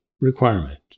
requirement